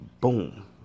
boom